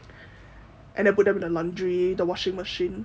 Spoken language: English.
and put them in the laundry the washing machine